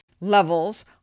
levels